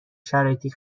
شرایطی